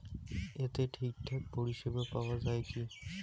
এতে ঠিকঠাক পরিষেবা পাওয়া য়ায় কি?